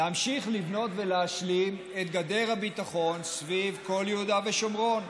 להמשיך לבנות ולהשלים את גדר הביטחון סביב כל יהודה ושומרון.